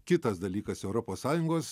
kitas dalykas europos sąjungos